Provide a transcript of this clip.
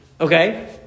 Okay